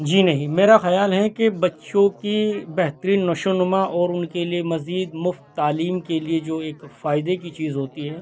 جی نہیں میرا خیال ہے کہ بچّوں کی بہترین نشو نما اور ان کے لیے مزید مفت تعلیم کے لیے جو ایک فائدے کی چیز ہوتی ہے